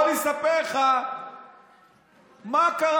בוא ואני אספר לך מה קרה,